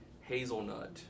hazelnut